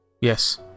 Yes